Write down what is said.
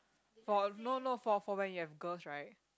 for no no for for when you have girls right